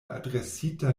adresita